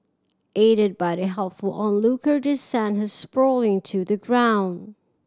aided by the helpful onlooker they sent her sprawling to the ground